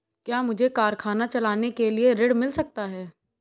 क्या मुझे कारखाना चलाने के लिए ऋण मिल सकता है?